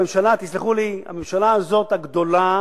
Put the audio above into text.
הממשלה הזאת, תסלחו לי, הממשלה הזאת הגדולה,